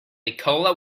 nikola